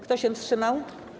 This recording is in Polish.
Kto się wstrzymał?